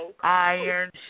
iron